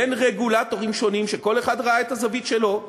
בין רגולטורים שונים, שכל אחד ראה את הזווית שלו: